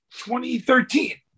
2013